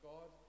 God